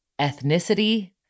ethnicity